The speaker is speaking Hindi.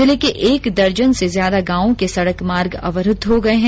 जिले के एक दर्जन से ज्यादा गांवों के सड़क मार्ग अवरूद्व हो गए हैं